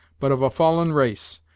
but of a fallen race,